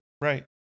Right